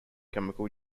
chemical